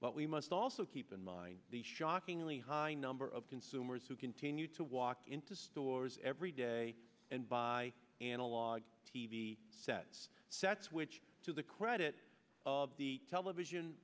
but we must also keep in mind the shockingly high number of consumers who continue to walk into stores every day and buy analog t v sets sets which to the credit of the television